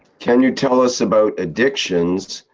can you tell us about addictions,